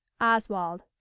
oswald